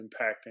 impacting